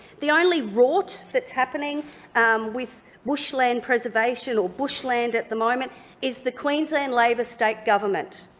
the only rort that's happening with bushland preservation or bushland at the moment is the queensland labor state government.